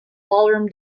ballroom